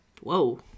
Whoa